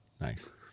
Nice